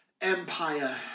empire